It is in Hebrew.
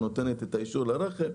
שנותנת אישור לרכב,